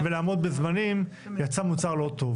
ולעמוד בזמנים יצא מוצר לא טוב.